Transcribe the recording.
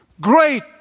great